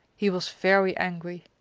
he was very angry.